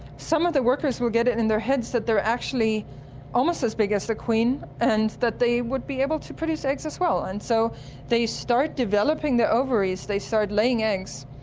some of the workers will get it in their heads that they're actually almost as big as the queen and that they would be able to produce eggs as well. and so they start developing their ovaries, they start laying eggs.